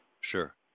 sure